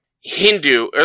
Hindu